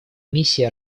миссии